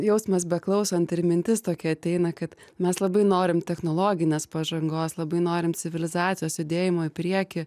jausmas beklausant ir mintis tokia ateina kad mes labai norim technologinės pažangos labai norim civilizacijos judėjimo į priekį